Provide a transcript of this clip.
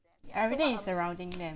every day is surrounding them